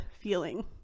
feeling